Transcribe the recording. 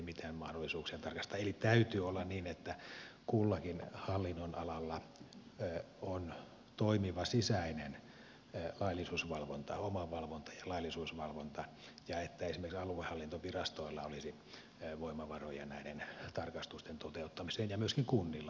eli täytyy olla niin että kullakin hallinnonalalla on toimiva sisäinen omavalvonta ja laillisuusvalvonta ja että esimerkiksi aluehallintovirastoilla olisi voimavaroja näiden tarkastusten toteuttamiseen ja myöskin kunnilla itsellään